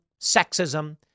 sexism